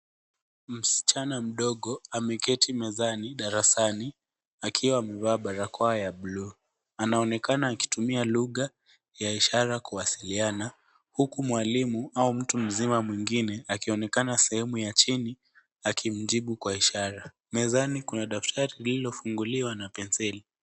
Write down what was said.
Msichana mdogo ameketi mezani darasani akiwa amevaa barakoa ya buluu. Anaonekana akitumia lugha ya ishara kuwasiliana huku mwalimu au mtu mzima mwengine akionekana sehemu ya chini akimjibu kwa ishara. Mezani kuna daftrai lililofunguliwa na penseli.